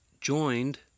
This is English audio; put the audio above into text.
joined